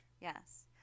Yes